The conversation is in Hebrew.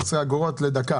12 אגורות לדקה.